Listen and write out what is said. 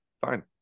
fine